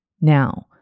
Now